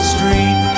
Street